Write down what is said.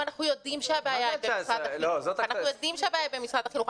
אנחנו יודעים שהבעיה היא במשרד החינוך.